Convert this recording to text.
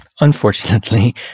unfortunately